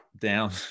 down